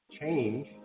Change